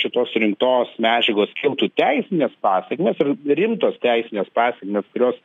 šitos surinktos medžiagos kiltų teisinės pasekmės ir rimtos teisinės pasekmės kurios